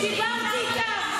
דיברתי איתך?